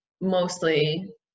mostly